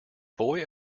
boy